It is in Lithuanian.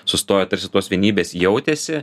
sustojo tarsi tos vienybės jautėsi